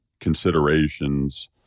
considerations